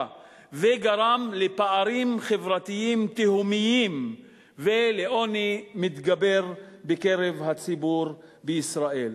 וגרם לפערים חברתיים תהומיים ולעוני מתגבר בקרב הציבור בישראל.